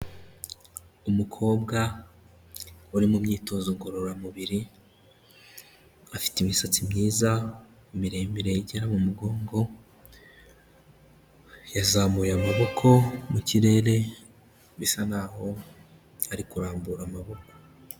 Umukobwa uri mu myitozo ngororamubiri, afite imisatsi myiza miremire igera mu mugongo yazamuye amaboko mu kirere bisa naho ari kurambura amaboko.